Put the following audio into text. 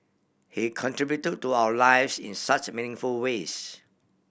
he contribute to to our lives in such meaningful ways